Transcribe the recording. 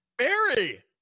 Mary